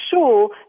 sure